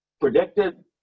predicted